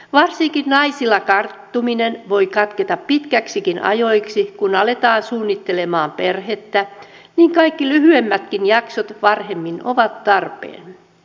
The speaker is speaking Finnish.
varsinkin naisilla karttuminen voi katketa pitkiksikin ajoiksi kun aletaan suunnittelemaan perhettä joten kaikki lyhyemmätkin jaksot varhemmin ovat tarpeen